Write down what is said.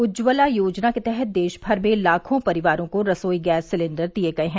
उज्ज्वला योजना के तहत देश भर में लाखों परिवारों को रसोई गैस सिलिण्डर दिए गए हैं